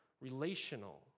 relational